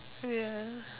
ya